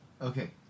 Okay